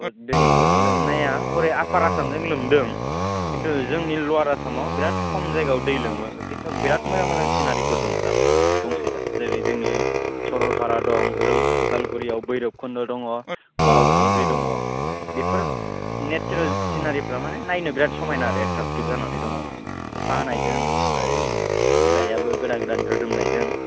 दैफोर लोमनाया हरै आफार आसामजों लोमदों खिन्थु जोंनि लवार आसाम बिराथ खम जायगायाव दै लोमो खिन्थु बिराथ मोजां मोजां सिनारिफोर दं दा दंसै दा जेरै जोंनि सरलफारा दं अदालगुरियाव बैरोब खन्द' दं बावखुंग्रि दङ बेफोर नेचेरेल सिनारिफ्रा माने नायनो बिराथ समायना आरो एट्राकथिभ जानानै दङ अखा हानायजों आमफ्राय बिलायाबो गोदान गोदान रोदोमनायजों